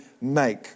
make